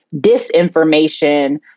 disinformation